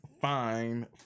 fine